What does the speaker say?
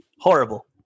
horrible